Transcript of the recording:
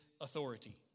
authority